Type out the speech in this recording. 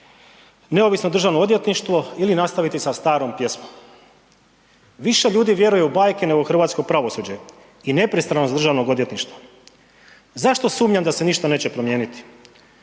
neovisno državno odvjetništvo ili nastaviti sa starom pjesmom. Više ljudi vjeruju u bajke nego u hrvatsko pravosuđe i nepristranost državnog odvjetništva. Zašto sumnjam da se ništa neće promijeniti?